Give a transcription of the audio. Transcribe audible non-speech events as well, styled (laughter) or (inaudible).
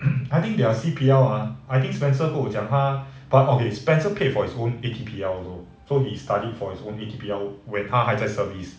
(coughs) I think their C_P_L ah I think spencer 跟我讲他 but okay spencer paid for his own A_T_P_L loh so he studied for his own A_T_P_L when 他还在 service